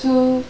so